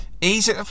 Easy